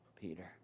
peter